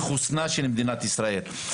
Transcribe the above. לחוסנה של מדינת ישראל.